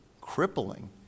crippling